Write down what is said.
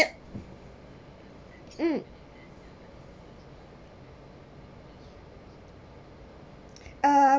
mm uh